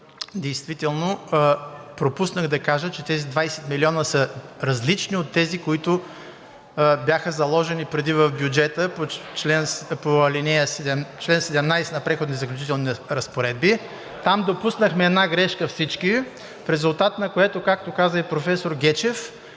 Действително пропуснах да кажа, че тези 20 милиона са различни от тези, които бяха заложени преди в бюджета по чл. 17 на Преходните и заключителните разпоредби. Там всички допуснахме една грешка, в резултат на което, както каза и професор Гечев,